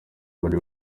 bari